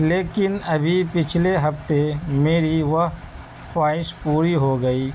لیکن ابھی پچھلے ہفتے میری وہ خواہش پوری ہو گئی